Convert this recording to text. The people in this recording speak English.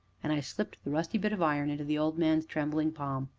and i slipped the rusty bit of iron into the old man's trembling palm.